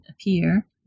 appear